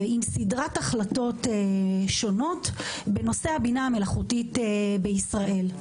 עם סדרת החלטות שונות בנושא הבינה המלאכותית בישראל.